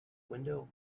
window